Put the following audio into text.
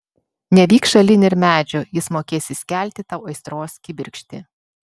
nevyk šalin ir medžio jis mokės įskelti tau aistros kibirkštį